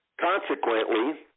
Consequently